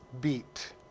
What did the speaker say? beat